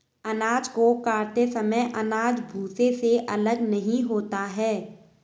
अनाज को काटते समय अनाज भूसे से अलग नहीं होता है